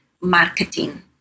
marketing